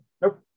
nope